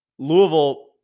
Louisville